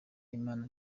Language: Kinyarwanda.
imana